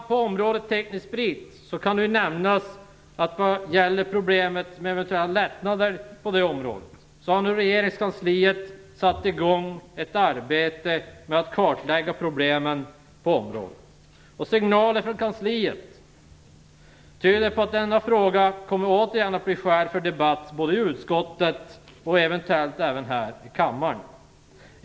På området teknisk sprit kan ju nämnas, att vad gäller problemet med eventuella lättnader på detta område har nu regeringskansliet satt i gång ett arbete med att kartlägga problemen på området, och signaler från kansliet tyder på att denna fråga återigen kommer att bli föremål för debatt både i utskottet och eventuellt även här i kammaren.